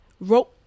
wrote